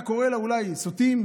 היה קורא לה אולי "סוטים"